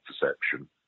perception